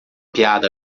piada